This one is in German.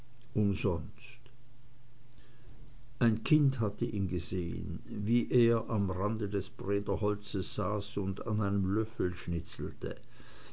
umsonst ein kind hatte ihn gesehen wie er am rande des brederholzes saß und an einem löffel schnitzelte